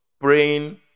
praying